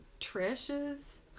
Trish's